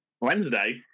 Wednesday